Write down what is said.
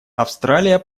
австралия